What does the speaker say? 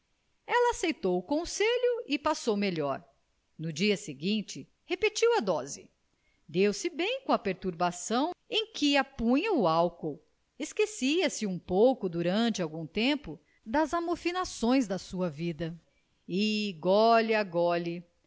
ela aceitou o conselho e passou melhor no dia seguinte repetiu a dose deu-se bem com a perturbação em que a punha o álcool esquecia-se um pouco durante algum tempo das amofinações da sua vida e gole a gole